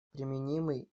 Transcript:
применимый